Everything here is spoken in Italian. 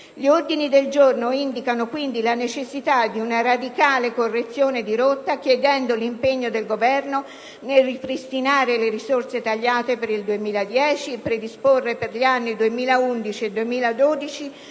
Gli ordini del giorno indicano quindi la necessità di una radicale correzione di rotta, chiedendo l'impegno del Governo nel ripristinare le risorse tagliate per il 2010 e predisporre per gli anni 2011 e 2012